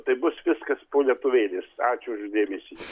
tai bus viskas po lietuvėlės ačiū už dėmesį